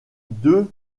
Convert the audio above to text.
deux